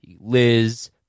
Liz